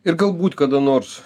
ir galbūt kada nors